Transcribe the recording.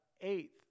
eighth